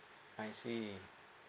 I see